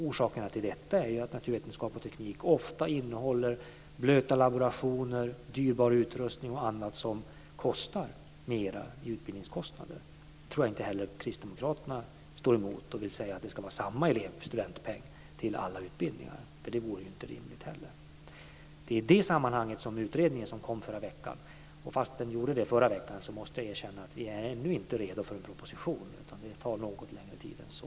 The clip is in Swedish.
Orsakerna till detta är att naturvetenskap och teknik ofta innebär blöta laborationer, dyrbar utrustning och annat som kostar mera, och det innebär högre utbildningskostnader. Det tror jag inte heller kristdemokraterna säger emot. Jag tror inte att de vill att det ska vara samma studentpeng till alla utbildningar, för det vore inte heller rimligt. Det är i det sammanhanget utredningen, som kom förra veckan, kommer in. Fast den kom förra veckan måste jag erkänna att vi ännu inte är redo för en proposition, utan det tar något längre tid än så.